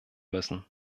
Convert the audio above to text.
müssen